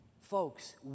Folks